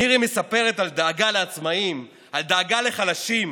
מירי מספרת על דאגה לעצמאים, על דאגה לחלשים,